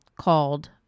called